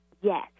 yes